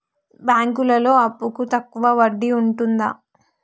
బ్యాంకులలో అప్పుకు తక్కువ వడ్డీ ఉంటదా?